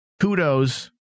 kudos